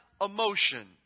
emotion